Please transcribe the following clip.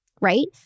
right